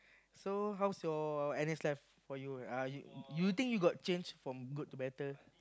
so how's your N_S life for you uh you think you got change from good to better